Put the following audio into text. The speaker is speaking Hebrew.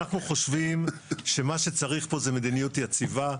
אנחנו חושבים שמה שצריך פה הוא מדיניות יציבה.